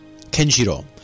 Kenjiro